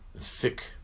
thick